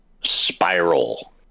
spiral